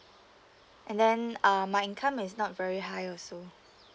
and then um my income is not very high also